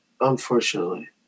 unfortunately